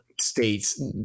states